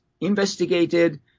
investigated